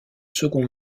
second